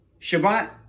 Shabbat